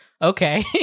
Okay